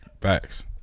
Facts